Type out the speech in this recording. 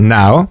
now